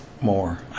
more